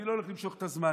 אני לא הולך למשוך את הזמן,